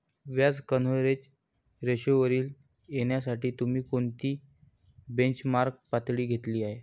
व्याज कव्हरेज रेशोवर येण्यासाठी तुम्ही कोणती बेंचमार्क पातळी घेतली आहे?